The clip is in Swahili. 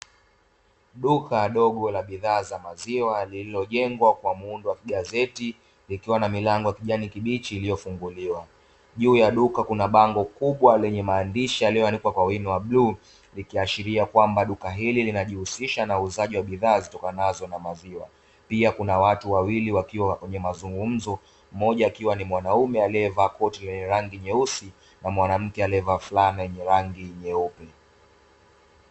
Duka dogo la bidhaa za maziwa lililojengwa kwa muundo wa kigazeti likiwa na milango ya kijani kibichi iliyofunguliwa. Juu ya duka kuna bango kubwa lenye maandishi yaliyoandikwa kwa wino wa bluu likiashiria kwamba duka hili linajihusisha na uuzaji wa bidhaa zitokanazo na maziwa. Pia kuna watu wawili wakiwa kwenye mazungumzo mmoja akiwa ni mwanaume aliyevaa koti lenye rangi nyeusi na mwanamke aliyevaa flana yenye rangi nyeupe.